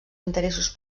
interessos